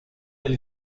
del